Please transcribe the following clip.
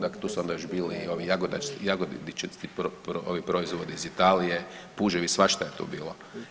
Dakle, tu su onda još bili i ovi … proizvodi iz Italije, puževi svašta je tu bilo.